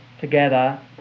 together